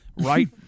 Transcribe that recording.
right